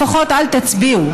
לפחות אל תצביעו.